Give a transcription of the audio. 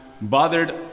bothered